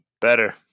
Better